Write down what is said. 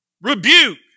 rebuke